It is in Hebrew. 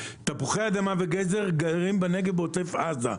תפוחי אדמה וגזר בעוטף עזה.